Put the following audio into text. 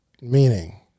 meaning